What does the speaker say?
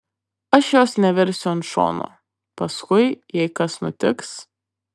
aš jos neversiu ant šono paskui jei kas nutiks